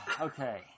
Okay